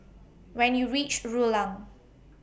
when YOU REACH Rulang